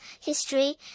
history